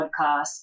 podcast